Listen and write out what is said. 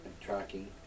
tracking